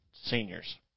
seniors